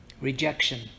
Rejection